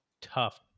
tough